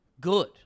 good